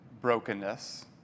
brokenness